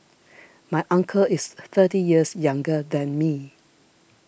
my uncle is thirty years younger than me